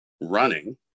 running